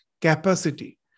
capacity